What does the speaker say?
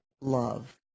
love